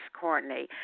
Courtney